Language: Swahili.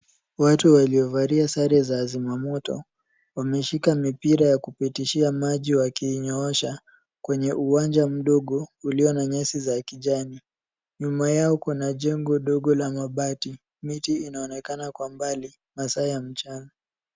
Watu waliovalia sare za zima moto wameshika mipira ya kupitishia maji, wakiinyoosha kwenye uwanja mdogo ulio na nyasi za kijani. nyuma Yao Kuna jengo ndogo la mabati. Miti inaonekana kwa mbali masaa ya mchana.